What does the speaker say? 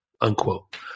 unquote